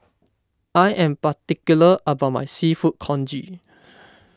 I am particular about my Seafood Congee